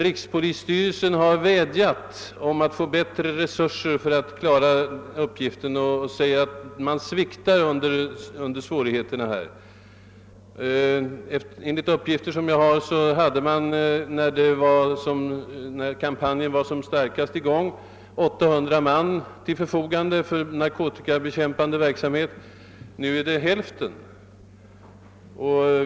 Rikspolisstyrelsen har vädjat om att få bättre resurser för att klara uppgiften, och den säger då att man helt enkelt sviktar under svårigheterna. Enligt uppgifter som jag har hade rikspolisstyrelsen när kampanjen mot narkotika var intensivast — alltså i början av 1969 — ca 800 man till förfogande för narkotikabekämpande verksamhet. Nu är det antalet nere i hälften!